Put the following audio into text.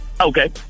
Okay